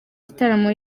gitaramo